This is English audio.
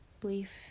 belief